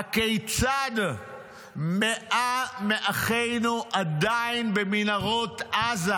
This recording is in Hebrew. הכיצד 100 מאחינו עדיין במנהרות עזה?